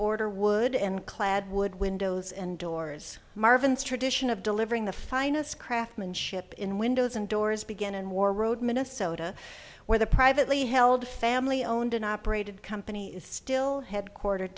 order wood and clad wood windows and doors marvins tradition of delivering the finest craftsmanship in windows and doors began and more road minnesota where the privately held family owned and operated company is still headquartered